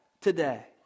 today